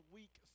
week